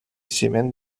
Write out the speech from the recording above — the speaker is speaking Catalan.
ciment